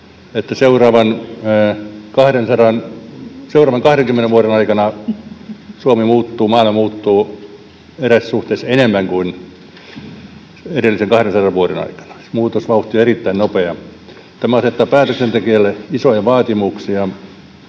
seuraavan 20 vuoden aikana Suomi muuttuu ja maailma muuttuu eräässä suhteessa enemmän kuin edellisen 200 vuoden aikana. Muutosvauhti on erittäin nopea. Tämä asettaa päätöksentekijöille isoja vaatimuksia.